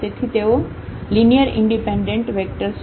તેથી તેઓ linearly independent vectors છે